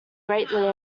greatly